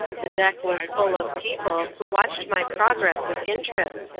the deck was full of people, who watched my progress with interest,